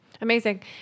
Amazing